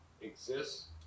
Exists